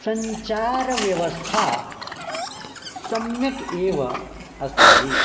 सञ्चारव्यवस्था सम्यक् एव अस्ति